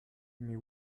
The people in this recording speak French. mais